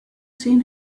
seen